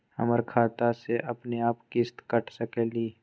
हमर खाता से अपनेआप किस्त काट सकेली?